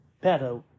better